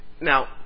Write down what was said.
now